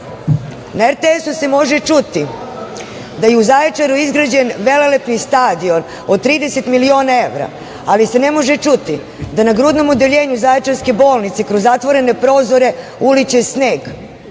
RTS-u se može čuti da je u Zaječaru izrađen velelepni stadion od 30 miliona evra, ali se ne može čuti da na grudnom odeljenju zaječarske bolnice, kroz zatvorene prozore uliće sneg